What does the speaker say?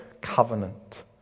covenant